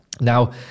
Now